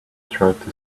throughout